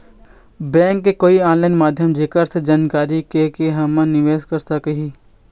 Bank के कोई online माध्यम जेकर से जानकारी के के हमन निवेस कर सकही?